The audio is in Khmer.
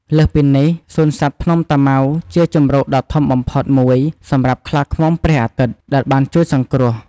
លើសពីនេះ សួនសត្វភ្នំតាម៉ៅជាជម្រកដ៏ធំបំផុតមួយសម្រាប់ខ្លាឃ្មុំព្រះអាទិត្យ ដែលបានជួយសង្គ្រោះ។